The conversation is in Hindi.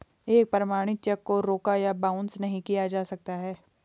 एक प्रमाणित चेक को रोका या बाउंस नहीं किया जा सकता है